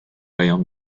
بیان